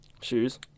Shoes